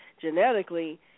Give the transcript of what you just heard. Genetically